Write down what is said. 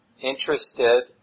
interested